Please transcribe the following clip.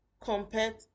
compared